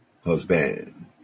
husband